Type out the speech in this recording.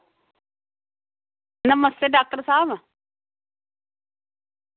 नमस्ते doctor साहब